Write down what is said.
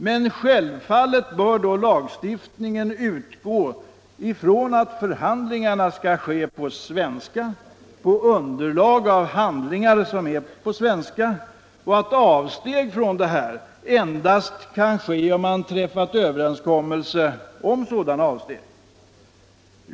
Men självfallet bör lagstiftningen då utgå från att förhandlingarna skall hållas ” på svenska, på underlag av handlingar skrivna på svenska, samt att avsteg härifrån får göras endast om överenskommelser därom har träffats.